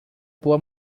boa